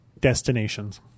destinations